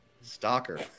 stalker